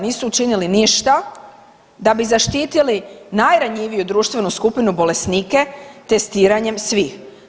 Nisu učinili ništa da bi zaštitili najranjiviju društvenu skupinu bolesnike testiranjem svih.